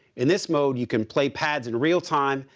in this mode, you can play pads in real-time.